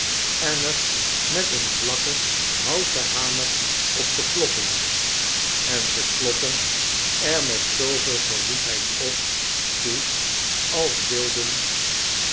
en er met een vlakken houten hamer op te kloppen en ze kloppen er met zooveel verwoedheid op toe als wilden